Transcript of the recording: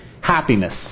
Happiness